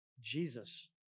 Jesus